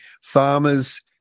Farmers